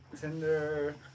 tinder